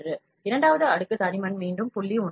1 இரண்டாவது அடுக்கு தடிமன் மீண்டும் 0